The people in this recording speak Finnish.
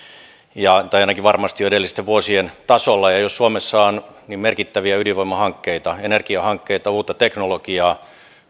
tai on ainakin varmasti edellisten vuosien tasolla jos suomessa on merkittäviä ydinvoimahankkeita energiahankkeita uutta teknologiaa